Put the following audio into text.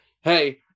hey